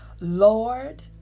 Lord